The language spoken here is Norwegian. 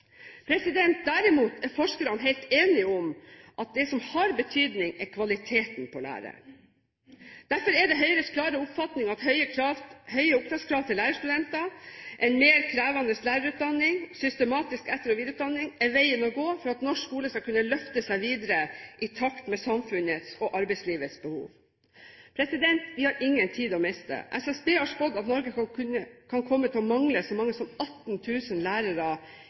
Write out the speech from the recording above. Derimot er forskerne helt enige om at det som har betydning, er kvaliteten på læreren. Derfor er det Høyres klare oppfatning at høye opptakskrav til lærerstudenter, en mer krevende lærerutdanning og systematisk etter- og videreutdanning er veien å gå for at norsk skole skal kunne løfte seg videre i takt med samfunnets og arbeidslivets behov. Vi har ingen tid å miste. SSB har spådd at Norge kan komme til å mangle så mange som 18 000 lærere